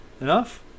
enough